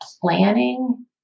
planning